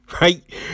right